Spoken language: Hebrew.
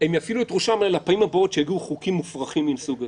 הם יפעילו את ראשם בפעמים הבאות שיגיעו חוקים מופרכים מן הסוג הזה.